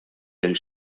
del